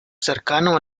cercano